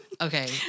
okay